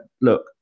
look